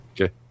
Okay